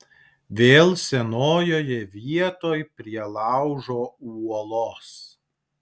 vėl senojoje vietoj prie laužo uolos